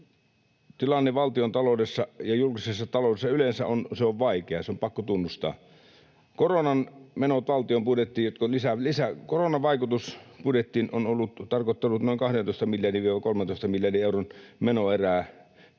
Tilanne valtiontaloudessa ja julkisessa taloudessa yleensä on vaikea, se on pakko tunnustaa. Koronan vaikutus budjettiin on tarkoittanut noin 12—13 miljardin euron menoerää niinä